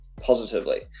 positively